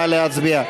נא להצביע.